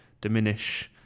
diminish